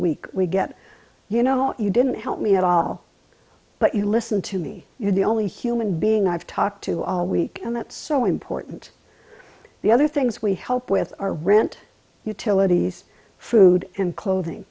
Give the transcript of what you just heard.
week we get you know you didn't help me at all but you listen to me you're the only human being i've talked to all week and that's so important the other things we help with our rent utilities food and clothing